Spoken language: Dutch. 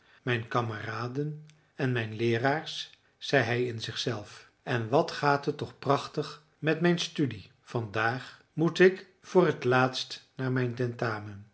mijn kameraden en mijn leeraars zei hij in zichzelf en wat gaat het toch prachtig met mijn studie vandaag moet ik voor het laatst naar mijn tentamen